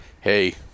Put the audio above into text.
Hey